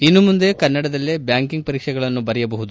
ಇನ್ನು ಮುಂದೆ ಕನ್ನಡದಲ್ಲೇ ಬ್ಯಾಂಕಿಂಗ್ ಪರೀಕ್ಷೆಗಳನ್ನು ಬರೆಯಬಹುದು